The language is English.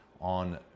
on